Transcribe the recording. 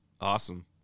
Awesome